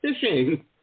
fishing